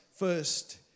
first